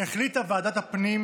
החליטה ועדת הפנים